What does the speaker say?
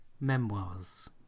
memoirs